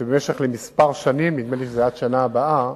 שלמשך כמה שנים, נדמה לי שזה עד השנה הבאה,